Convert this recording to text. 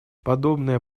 подобная